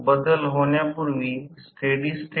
torque सुरू केल्याने rotor circuit मध्ये प्रतिकार वाढवते